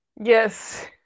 yes